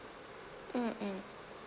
mm mm